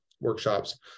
workshops